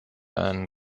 einen